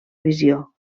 visió